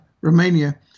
Romania